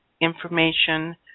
information